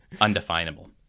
undefinable